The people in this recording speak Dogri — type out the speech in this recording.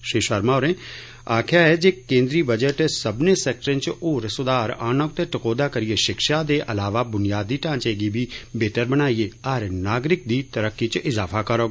श्री शर्मा होरें आक्खेआ जे केंद्री बजट सब्बनें सैक्टरें च होर सुधार आन्नोग ते टकोइदा करियै शिक्षा दे अलावा बुनियादी ढांचे गी होर बी बेहतर बनाइयै हर नागरिक दी तरक्की च इज़ाफा करोग